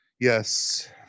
Yes